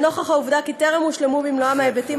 לנוכח העובדה שטרם הושלמו במלואם ההיבטים